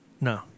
No